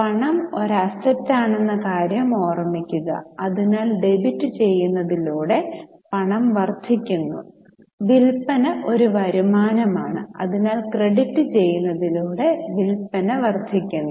പണം ഒരു അസറ്റാണെന്ന കാര്യം ഓർമ്മിക്കുക അതിനാൽ ഡെബിറ്റ് ചെയ്യുന്നതിലൂടെ പണം വർധിക്കുന്നു വിൽപ്പന ഒരു വരുമാനമാണ് അതിനാൽ ക്രെഡിറ്റ് ചെയ്യുന്നതിലൂടെ വിൽപ്പന വർദ്ധിക്കുന്നു